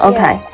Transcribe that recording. Okay